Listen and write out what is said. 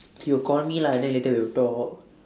he would call me lah then later we will talk